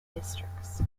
districts